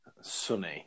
sunny